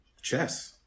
Chess